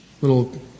little